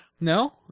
No